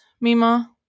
Mima